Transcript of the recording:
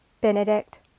Benedict